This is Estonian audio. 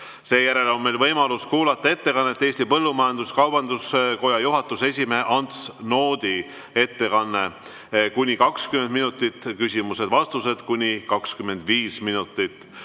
Seejärel on meil võimalus kuulata Eesti Põllumajandus-Kaubanduskoja juhatuse esimehe Ants Noodi ettekannet, kuni 20 minutit, küsimused-vastused on kuni 25 minutit.